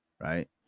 Right